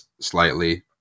slightly